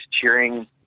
cheering